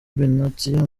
benatia